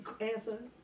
answer